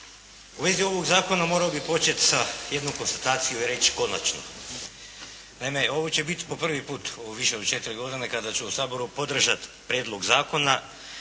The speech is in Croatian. U vezi ovog zakona morao bih početi sa jednom konstatacijom i riječi konačno. Naime, ovo će biti po prvi put u više od četiri godine kada ću u Saboru podržati prijedlog zakona